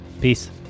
Peace